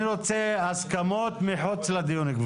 אני רוצה הסכמות מחוץ לדיון,